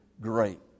great